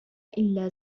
إلا